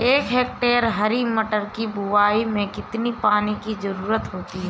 एक हेक्टेयर हरी मटर की बुवाई में कितनी पानी की ज़रुरत होती है?